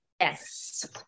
Yes